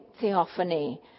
theophany